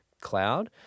cloud